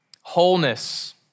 Wholeness